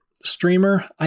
streamer